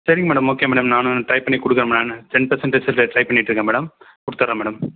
சரிங்க madam okay madam நான் try பண்ணி கொடுக்குறேன் ma'am cent percentage result try பண்ணிட்டு இருக்கேன் மேடம் கொடுத்தட்றேன் மேடம்